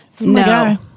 No